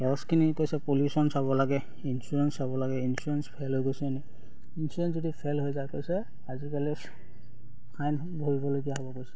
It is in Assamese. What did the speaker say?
কাগজখিনি কৈছে পলিউচন চাব লাগে ইঞ্চুৰেঞ্চ চাব লাগে ইঞ্চুৰেঞ্চ ফেল হৈ গৈছেনি ইঞ্চুৰেঞ্চ যদি ফেল হৈ যায় কৈছে আজিকালি ফাইন ভৰিবলগীয়া হ'ব কৈছে